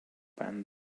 band